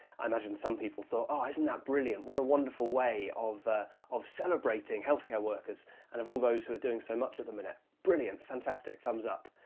i imagine some people thought, oh, isn't that brilliant. what a wonderful way of of celebrating healthcare workers and of all those who are doing so much at the minute. brilliant, fantastic, thumbs up.